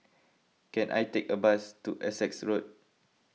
can I take a bus to Essex Road